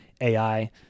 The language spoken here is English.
AI